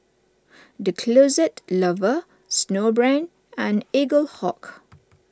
the Closet Lover Snowbrand and Eaglehawk